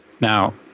Now